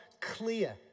clear